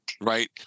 right